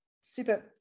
super